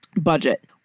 budget